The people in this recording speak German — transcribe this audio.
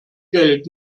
geld